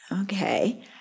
Okay